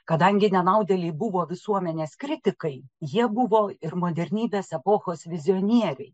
kadangi nenaudėliai buvo visuomenės kritikai jie buvo ir modernybės epochos vizionieriškai